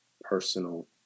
personal